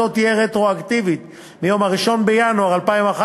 החוק תהיה רטרואקטיבית מיום 1 בינואר 2011,